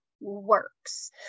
works